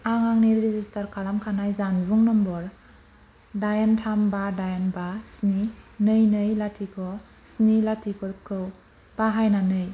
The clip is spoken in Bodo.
आं आंनि रेजिस्टार खालामखानाय जानबुं नाम्बार दाइन थाम बा दाइन बा स्नि नै नै लाथिख' स्नि लाथिख'खौ बाहायनानै